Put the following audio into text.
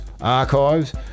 archives